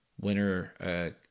winner